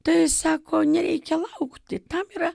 tai sako nereikia laukti tam yra